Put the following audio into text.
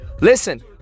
Listen